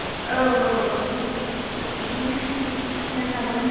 औ औ औ बेखौनो जोंहाबो